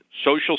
Social